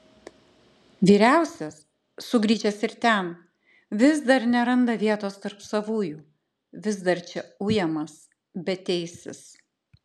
vyriausias sugrįžęs ir ten vis dar neranda vietos tarp savųjų vis dar čia ujamas beteisis